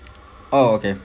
oh okay